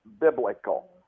biblical